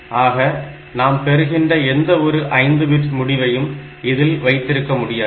ஆக நாம் பெறுகின்ற எந்த ஒரு 5 பிட் முடிவையும் இதில் வைத்திருக்க முடியாது